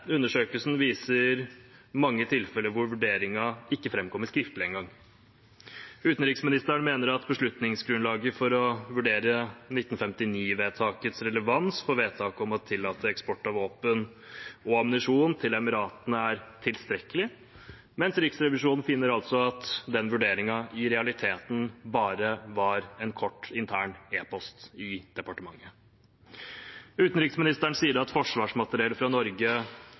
undersøkelsen viser mange tilfeller hvor vurderingen ikke engang framkommer skriftlig. Utenriksministeren mener at det er tilstrekkelig beslutningsgrunnlag for å vurdere 1959-vedtakets relevans for vedtaket om å tillate eksport av våpen og ammunisjon til Emiratene, mens Riksrevisjonen altså finner at den vurderingen i realiteten bare var en kort, intern e-post i departementet. Utenriksministeren sier at forsvarsmateriell fra Norge